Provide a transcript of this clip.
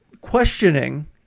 questioning